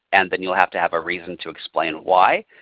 and then you'll have to have reason to explain why.